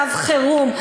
קו חירום,